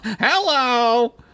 Hello